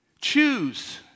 Choose